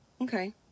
Okay